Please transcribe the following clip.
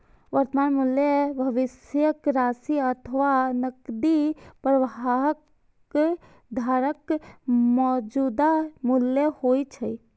वर्तमान मूल्य भविष्यक राशि अथवा नकदी प्रवाहक धाराक मौजूदा मूल्य होइ छै